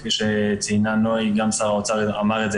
כפי שציינה נוי סופר גם שר האוצר אמר את זה